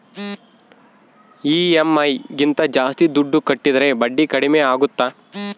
EMI ಗಿಂತ ಜಾಸ್ತಿ ದುಡ್ಡು ಕಟ್ಟಿದರೆ ಬಡ್ಡಿ ಕಡಿಮೆ ಆಗುತ್ತಾ?